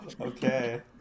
Okay